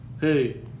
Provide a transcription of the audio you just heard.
hey